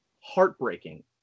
heartbreaking